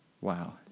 Wow